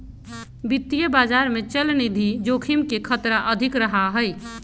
वित्तीय बाजार में चलनिधि जोखिम के खतरा अधिक रहा हई